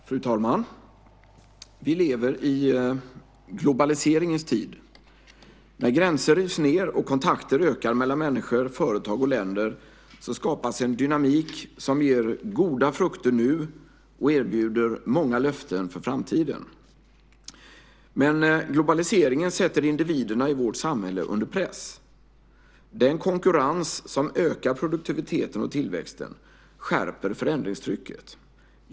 Fru talman! Vi lever i globaliseringens tid. När gränser rivs ned och kontakterna mellan människor, företag och länder ökar skapas en dynamik som ger goda frukter nu och erbjuder många löften för framtiden. Men globaliseringen sätter individerna i vårt samhälle under press. Den konkurrens som ökar produktiviteten och tillväxten skärper förändringstrycket.